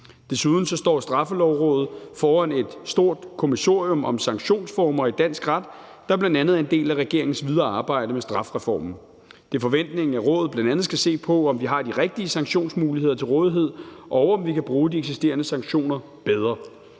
Desuden står Straffelovrådet foran et stort kommissorium om sanktionsformer i dansk ret, der bl.a. er en del af regeringens videre arbejde med strafreformen. Det er forventningen, at rådet bl.a. skal se på, om vi har de rigtige sanktionsmuligheder til rådighed, og om vi kan bruge de eksisterende sanktioner bedre.